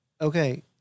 Okay